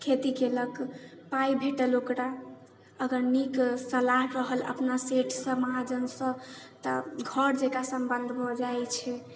खेती केलक पाइ भेटल ओकरा अगर नीक सलाह रहल अपना सेठ समाजसँ तऽ घर जकाँ सम्बन्ध भऽ जाइ छै